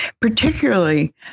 particularly